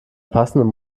passenden